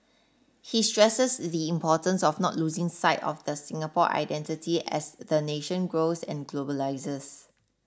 he stresses the importance of not losing sight of the Singapore identity as the nation grows and globalises